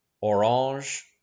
Orange